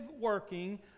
working